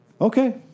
Okay